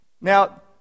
Now